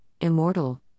Immortal